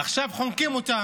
עכשיו חונקים אותם,